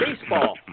baseball